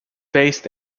based